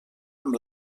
amb